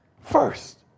First